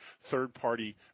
third-party